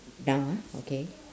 down ah okay